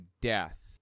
death